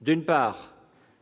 2019,